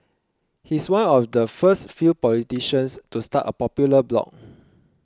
he's one of the first few politicians to start a popular blog